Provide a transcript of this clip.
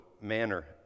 manner